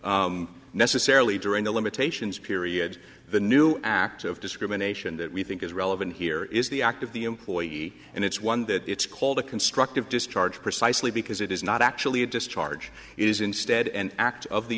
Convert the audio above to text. something necessarily during the limitations period the new act of discrimination that we think is relevant here is the act of the employee and it's one that it's called a constructive discharge precisely because it is not actually a discharge is instead an act of the